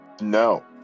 no